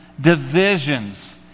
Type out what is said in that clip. divisions